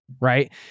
right